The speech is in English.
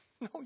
No